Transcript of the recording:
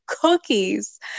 cookies